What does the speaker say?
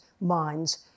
minds